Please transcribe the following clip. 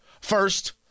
First